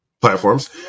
platforms